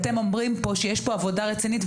אתם אומרים פה שיש עבודה רצינית.